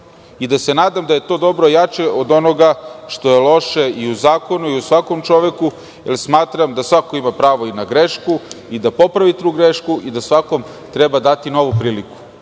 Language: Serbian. i da se nadam da je to dobro jače od onoga što je loše u zakonu, svakom čoveku, jer smatram da svako ima pravo na grešku, da popravi tu grešku i da svakom treba dati novu priliku.